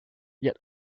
yet